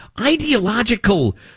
ideological